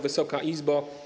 Wysoka Izbo!